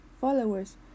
followers